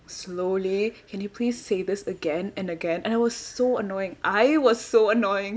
slowly can you please say this again and again and I was so annoying I was so annoying